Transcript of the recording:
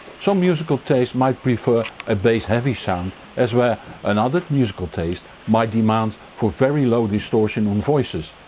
some musical taste might prefer a bass heavy sound as where another musical taste might demand for very low distortion on voices,